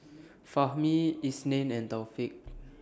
Fahmi Isnin and Taufik